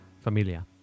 familia